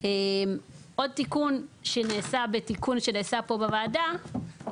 עוד תיקון שנעשה בתיקון שנעשה פה בוועדה,